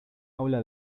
aula